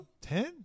Ten